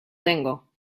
tengo